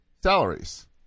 salaries –